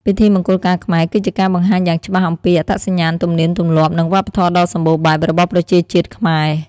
ពិធីមង្គលការខ្មែរ គឺជាការបង្ហាញយ៉ាងច្បាស់អំពី អត្តសញ្ញាណ ទំនៀមទម្លាប់ និងវប្បធម៌ដ៏សម្បូរបែប របស់ប្រជាជាតិខ្មែរ ។